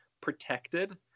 protected